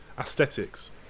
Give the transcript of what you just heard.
aesthetics